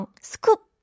scoop